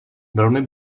velmi